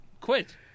quit